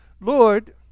Lord